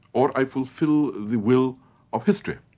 or i fulfil the will of history,